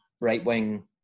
right-wing